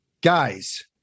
Guys